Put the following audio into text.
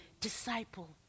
disciple